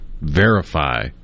verify